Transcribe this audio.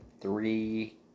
three